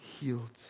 healed